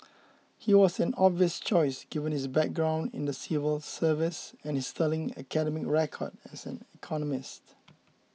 he was an obvious choice given his background in the civil service and his sterling academic record as an economist